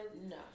No